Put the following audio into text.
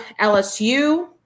LSU